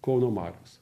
kauno marios